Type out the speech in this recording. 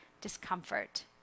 discomfort